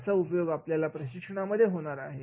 याचा उपयोग आपल्या प्रशिक्षणामध्ये होणार आहे